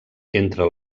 entre